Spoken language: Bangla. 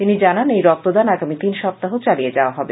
তিনি জানান এই রক্তদান আগামি তিন সপ্তাহ চালিয়ে যাওয়া হবে